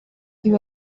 ibi